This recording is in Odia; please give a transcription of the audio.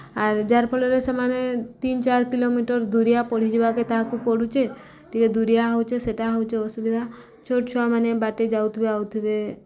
ଆର୍ ଯାର୍ ଫଳରେ ସେମାନେ ତିନ୍ ଚାର୍ କିଲୋମିଟର୍ ଦୁରିଆ ପଢଡ଼ିିଯିବାକେ ତାହାକୁ ପଡ଼ୁଚେ ଟିକେ ଦୁରିଆ ହଉଚେ ସେଟା ହଉଚେ ଅସୁବିଧା ଛୋଟ୍ ଛୁଆମାନେ ବାଟେ ଯାଉଥିବେ ଆଉଥିବେ